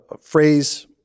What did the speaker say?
phrase